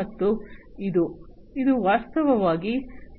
ಮತ್ತು ಇದು ವಾಸ್ತವವಾಗಿ